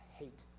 hate